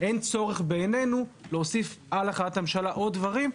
אין צורך מבחינתנו להוסיף על החלטת הממשלה עוד דברים,